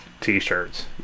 t-shirts